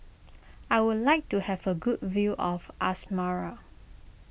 I would like to have a good view of Asmara